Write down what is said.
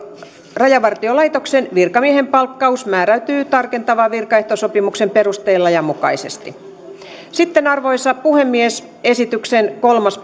rajavartiolaitoksen virkamiehen palkkaus määräytyy tarkentavan virkaehtosopimuksen perusteella ja mukaisesti sitten arvoisa puhemies esityksen kolmas